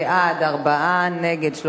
בעד, 4, נגד,